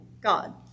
God